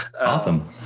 Awesome